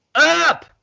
Up